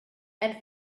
and